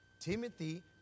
Timothy